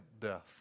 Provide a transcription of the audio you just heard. death